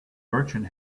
merchant